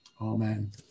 Amen